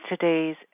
today's